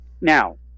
Now